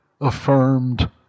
affirmed